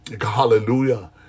Hallelujah